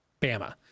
Bama